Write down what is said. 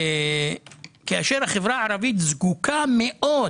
כאשר החברה הערבית זקוקה מאוד